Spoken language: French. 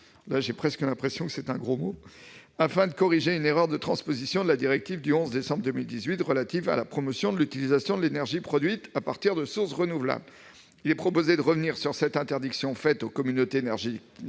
j'ai presque l'impression que c'est un gros mot -et d'en être gestionnaires. Il s'agit de corriger une erreur de transposition de la directive du 11 décembre 2018 relative à la promotion de l'utilisation de l'énergie produite à partir de sources renouvelables. Il est proposé de revenir sur cette interdiction faite aux communautés énergétiques